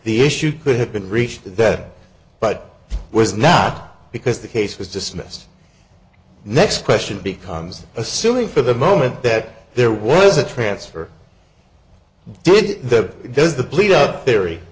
the issue could have been reached dead but was not because the case was dismissed next question becomes assuming for the moment that there was a transfer did the does the